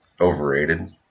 overrated